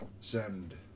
send